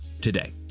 today